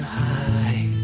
high